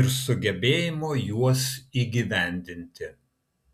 ir sugebėjimo juos įgyvendinti